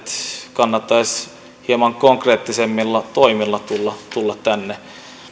kannattaisi hieman konkreettisemmilla toimilla tulla tulla tänne